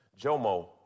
Jomo